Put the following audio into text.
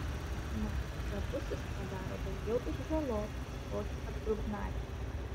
mat gabusis padaro daugiau ir žalos už kokį atgrubnagį